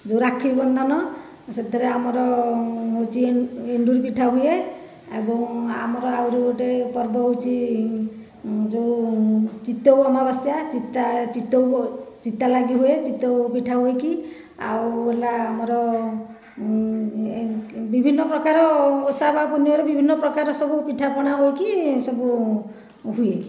ଯେଉଁ ରାକ୍ଷୀ ବନ୍ଧନ ସେଥିରେ ଆମର ହେଉଛି ଏଣ୍ଡୁରି ପିଠା ହୁଏ ଏବଂ ଆମର ଆହୁରି ଗୋଟିଏ ପର୍ବ ହେଉଛି ଯେଉଁ ଚିତ୍ତଉ ଅମାବାସ୍ୟା ଚିତା ଚିତ୍ତଉ ଚିତା ଲାଗି ହୁଏ ଚିତ୍ତଉ ପିଠା ହୋଇକି ଆଉ ହେଲା ଆମର ବିଭିନ୍ନ ପ୍ରକାର ଓଷା ବା ପୂର୍ଣିମାରେ ବିଭିନ୍ନ ପ୍ରକାର ସବୁ ପିଠା ପଣା ହୋଇକି ସବୁ ହୁଏ